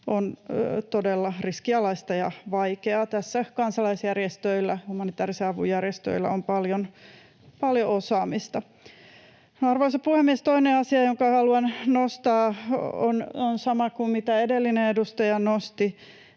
on todella riskinalaista ja vaikeaa. Tässä kansalaisjärjestöillä, humanitäärisen avun järjestöillä, on paljon osaamista. Arvoisa puhemies! Toinen asia, jonka haluan nostaa, on sama kuin mitä edellinen edustaja nosti: